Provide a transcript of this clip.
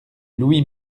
louis